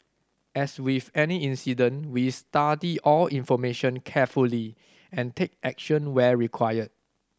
as with any incident we study all information carefully and take action where required